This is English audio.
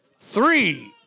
Three